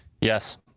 yes